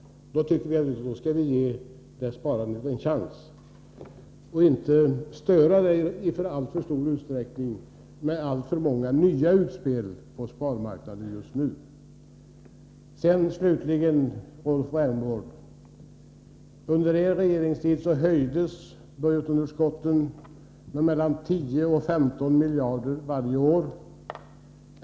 Vi skall således ge detta sparande en chans. Vi skall inte i alltför stor utsträckning störa det genom alltför många nya utspel på sparmarknaden just nu. Slutligen, Rolf Rämgård, under den borgerliga regeringstiden ökade budgetunderskotten med 10-15 miljarder kronor varje år.